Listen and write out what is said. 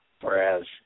Whereas